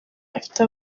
afite